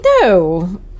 no